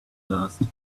last